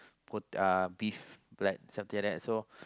uh beef like something like that so